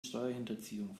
steuerhinterziehung